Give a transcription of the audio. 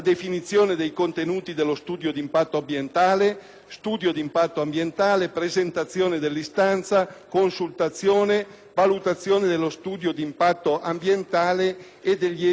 studio di impatto ambientale, la presentazione dell'istanza, la consultazione, la valutazione dello studio di impatto ambientale e degli esiti della consultazione e, infine, la decisione.